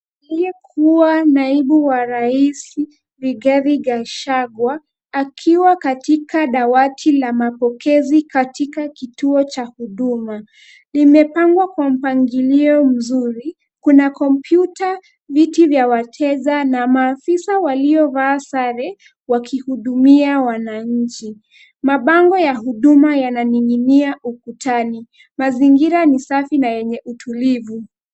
Aliyekuwa naibu wa rais Rigathi Gachagua akiwa katika dawati la mapokezi katika kituo cha huduma. Limepangwa kwa mpangilio mzuri, kuna kompyuta, viti vya wateja na maafisa waliovaa sare wakihudumia wananchi. Mabango ya huduma yananingia ukutani. Mazingira ni safi na yenye utulivu.